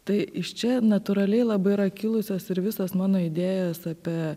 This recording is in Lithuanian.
tai iš čia natūraliai labai yra kilusios ir visos mano idėjos apie